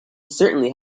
certainly